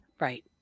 Right